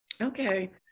Okay